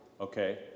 okay